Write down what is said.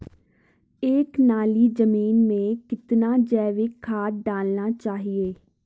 एक नाली जमीन में कितना जैविक खाद डालना चाहिए?